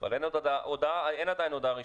אבל אין עדיין הודעה רשמית.